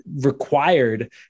required